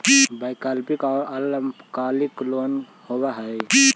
वैकल्पिक और अल्पकालिक लोन का होव हइ?